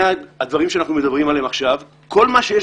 והדברים שאנחנו מדברים עליהם עכשיו כל מה שיש